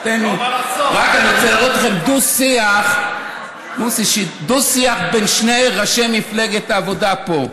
אני רק רוצה להראות לכם דו-שיח בין שני ראשי מפלגת העבודה פה.